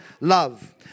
love